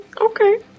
Okay